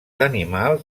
animals